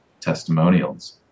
testimonials